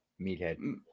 Meathead